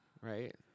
Right